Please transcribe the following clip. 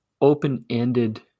open-ended